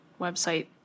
website